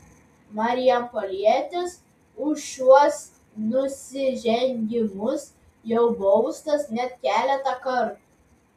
marijampolietis už šiuos nusižengimus jau baustas net keletą kartų